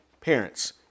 parents